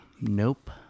Nope